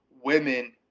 Women